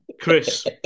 Chris